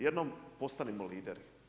Jednom postanimo lider.